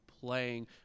playing